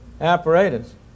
apparatus